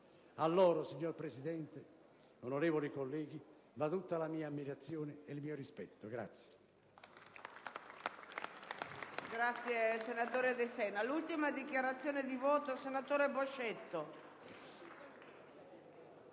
A loro, signora Presidente, onorevoli colleghi, va tutta la mia ammirazione e il mio rispetto.